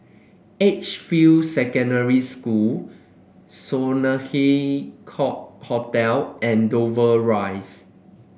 Edgefield Secondary School Sloane Court Hotel and Dover Rise